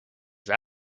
does